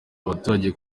abaturage